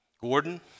Gordon